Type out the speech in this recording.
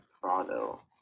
Prado